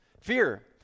Fear